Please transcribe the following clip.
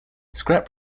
scrap